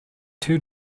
two